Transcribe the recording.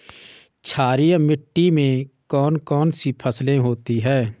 क्षारीय मिट्टी में कौन कौन सी फसलें होती हैं?